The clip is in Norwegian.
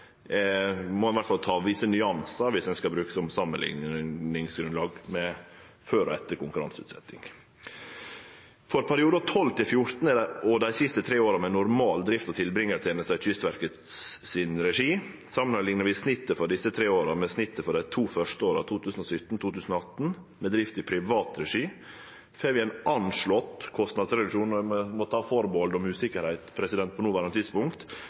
ta med seg visse nyansar viss ein skal bruke 2016 som samanlikningsgrunnlag for før og etter konkurranseutsetjinga. Ser vi på perioden 2012–2014, dei siste tre åra med normal drift av tilbringartenesta i Kystverkets regi, og samanliknar snittet for desse tre åra med snittet for 2017–2018, dei to første åra med drift i privat regi, får vi ein anslått kostnadsreduksjon – og på det noverande tidspunktet må eg ta atterhald om usikkerheit – på